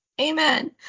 Amen